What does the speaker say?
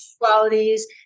qualities